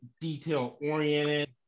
detail-oriented